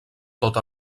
tot